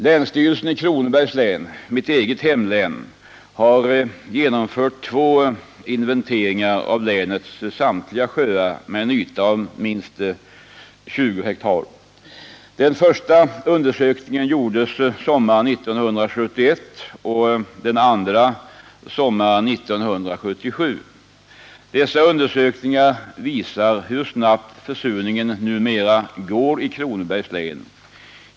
Länsstyrelsen i Kronobergs län, mitt hemlän, har genomfört två inventeringar av länets samtliga sjöar, med en yta av minst 20 ha. Den första undersökningen gjordes sommaren 1971 och den andra sommaren 1977. Dessa undersökningar visar hur snabbt försurningen numera går i Kronobergs län.